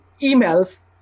emails